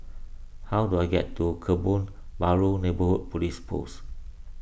how do I get to Kebun Baru Neighbourhood Police Post